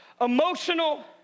emotional